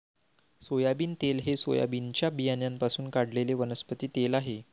soybean तेल हे सोयाबीनच्या बियाण्यांपासून काढलेले वनस्पती तेल आहे